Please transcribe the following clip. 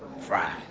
fry